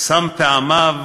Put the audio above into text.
שם פעמיו